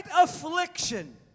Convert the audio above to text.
affliction